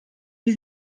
wie